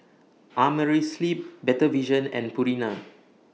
Amerisleep Better Vision and Purina